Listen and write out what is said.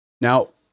Now